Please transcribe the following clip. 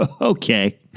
okay